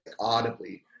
audibly